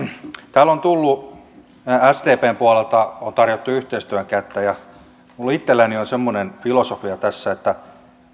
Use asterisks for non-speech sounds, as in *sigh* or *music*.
täällä on sdpn puolelta tarjottu yhteistyön kättä ja minulla itselläni on semmoinen filosofia tässä että *unintelligible*